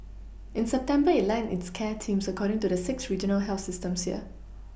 in September it aligned its care teams according to the six regional health systems here